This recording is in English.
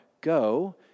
go